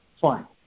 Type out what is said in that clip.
Fine